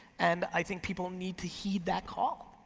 and i think people need to heed that call.